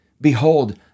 Behold